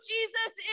Jesus